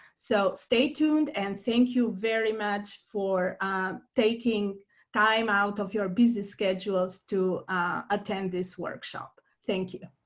so stay tuned and thank you very much for taking time out of your busy schedules to attend this workshop. thank you.